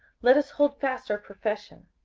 let us hold fast our profession.